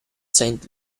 saint